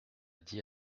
dit